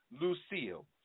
Lucille